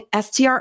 STR